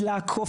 דמוקרטי.